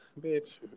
bitch